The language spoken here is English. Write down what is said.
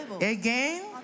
again